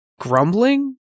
grumbling